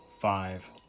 five